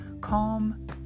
calm